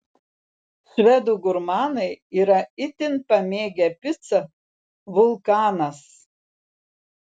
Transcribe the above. švedų gurmanai yra itin pamėgę picą vulkanas